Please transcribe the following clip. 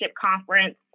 conference